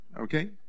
Okay